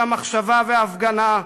המחשבה וההפגנה,